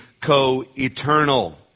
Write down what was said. co-eternal